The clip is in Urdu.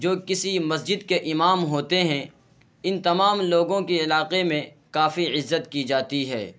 جو کسی مسجد کے امام ہوتے ہیں ان تمام لوگوں کی علاقے میں کافی عزت کی جاتی ہے